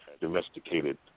domesticated